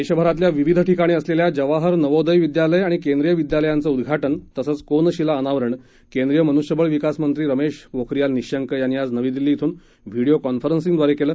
देशभरातल्या विविध ठिकाणी असलेल्या जवाहर नवोदय विद्यालय आणि केंद्रीय विद्यालयांचं उद्घाटन तसच कोनशिला अनावरण केंद्रीय मनुष्यबळ विकास मंत्री रमेश पोखरियाल निशंक यांनी आज नवी दिल्ली इथून व्हिडिओ कॉन्फरन्सिंगद्वारे केलं